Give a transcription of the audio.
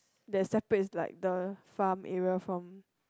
there's separates like the farm area from